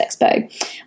Expo